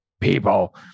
people